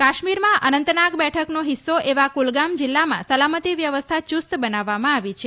કાશ્મીરમાં અનંતનાગ બેઠકનો હિસ્સો એવા કુલગામ જિલ્લામાં સલામતી વ્યવસ્થા ચુસ્ત બનાવવામાં આવી છે